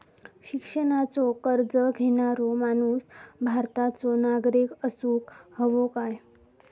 शिक्षणाचो कर्ज घेणारो माणूस भारताचो नागरिक असूक हवो काय?